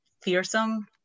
fearsome